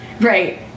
Right